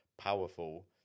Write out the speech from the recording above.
powerful